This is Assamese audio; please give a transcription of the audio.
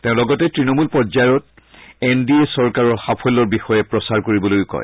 তেওঁ লগতে তৃণমূল পৰ্যায়ত এন ডি এ চৰকাৰৰ সাফল্যৰ বিষযে প্ৰচাৰ কৰিবলৈও কয়